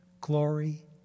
glory